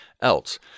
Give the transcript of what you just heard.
else